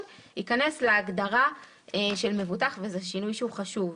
ייכנס להגדרה של מבוטח - זה שינוי חשוב.